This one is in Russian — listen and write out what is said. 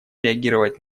реагировать